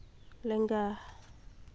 ᱞᱮᱸᱜᱟ